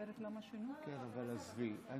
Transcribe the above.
אני